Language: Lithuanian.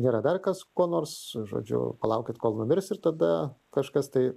nėra dar kas kuo nors žodžiu palaukit kol numirs ir tada kažkas tai